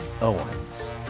Owens